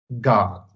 God